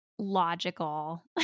logical